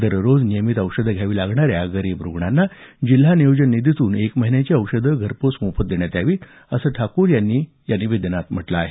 दररोज नियमित औषधं घ्यावी लागणाऱ्या गरीब रूग्णांना जिल्हा नियोजन निधीतून एक महिन्यांची औषधे घरपोच मोफत देण्यात यावी असं ठाकूर यांनी म्हटलं आहे